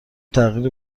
تغییری